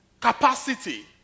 capacity